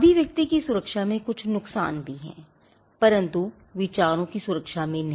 अभिव्यक्ति की सुरक्षा में कुछ नुकसान भी हैं परंतु विचारों की सुरक्षा में नहीं